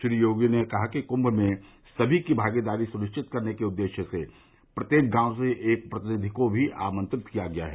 श्री योगी ने कहा कि कुंम में सभी की भागीदारी सुनिश्वित करने के उददेश्य से प्रत्येक गांव से एक प्रतिनिधि को भी आमंत्रित किया गया है